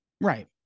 right